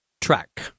track